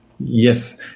Yes